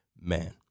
man